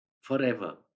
forever